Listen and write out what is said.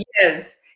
Yes